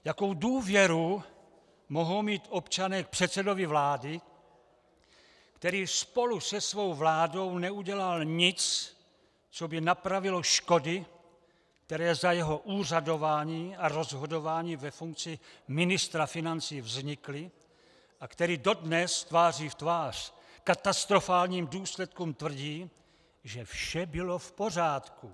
Jakou důvěru mohou mít občané k předsedovi vlády, který spolu se svou vládou neudělal nic, co by napravilo škody, které za jeho úřadování a rozhodování ve funkci ministra financí vznikly, a který dodnes tváří v tvář katastrofálním důsledkům tvrdí, že vše bylo v pořádku?